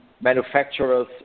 manufacturers